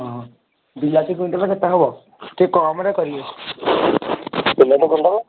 ଅ ହଁ ବିଲାତି କୁଇଣ୍ଟାଲ କେତେ ହବ ଟିକିଏ କମ୍ରେ କରିବେ ବିଲାତି କୁଇଣ୍ଟାଲ